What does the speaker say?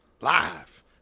live